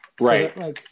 Right